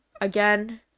again